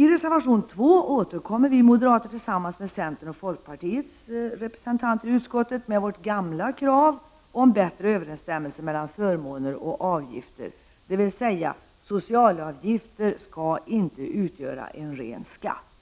I reservation 2 återkommer vi moderater tillsammans med centerns och folkpartiets representanter i utskottet med vårt gamla krav om bättre överensstämmelse mellan förmåner och avgifter, dvs. socialavgifter skall inte utgöra en ren skatt.